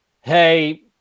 hey